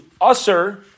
usher